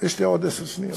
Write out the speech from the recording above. יש לי עוד עשר שניות.